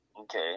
Okay